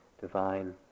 divine